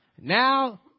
Now